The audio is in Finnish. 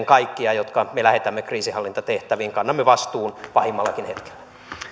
kaikkia jotka me lähetämme kriisinhallintatehtäviin kannamme vastuun pahimmallakin hetkellä